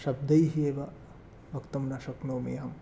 शब्दैः एव वक्तुं न शक्नोमि अहं